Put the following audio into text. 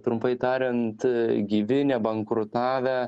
trumpai tariant gyvi nebankrutavę